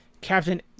Captain